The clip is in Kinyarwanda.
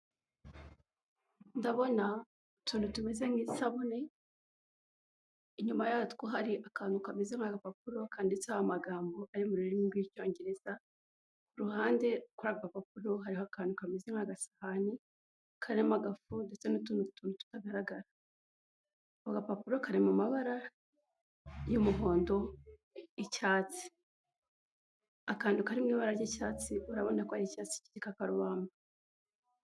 Ndabona utuntu tumeze nk'isabune inyuma yatwo hari akantu kameze nk'apapuro kanditseho amagambo ari mu rurimi rw'icyongereza, iruhande kuri urwo papuro hariho akantu kameze nk'agasahani karimo agafu ndetse n'utundi tuntu tutagaragara, ako gapapuro kari mu mabara y'umuhondo icyatsi akantu kari mu ibara ry'icyatsi urabona ko hari icyatsi k'igikakarubamba.